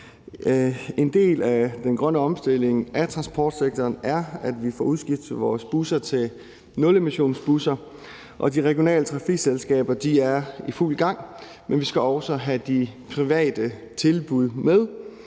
En del af den grønne omstilling af transportsektoren er, at vi får udskiftet vores busser til nulemissionsbusser, og de regionale trafikselskaber er i fuld gang, men vi skal også have de private tilbud med.